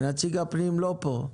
נציג הפנים לא פה.